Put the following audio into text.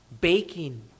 baking